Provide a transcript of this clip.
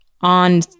on